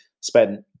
spent